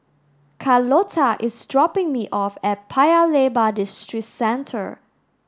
Carlota is dropping me off at Paya Lebar Districentre